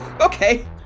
Okay